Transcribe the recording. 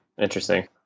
interesting